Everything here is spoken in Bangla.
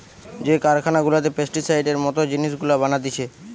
যে কারখানা গুলাতে পেস্টিসাইডের মত জিনিস গুলা বানাতিছে